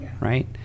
right